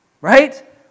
right